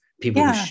people